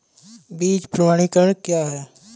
बीज प्रमाणीकरण क्या है?